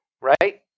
Right